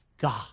God